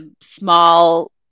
small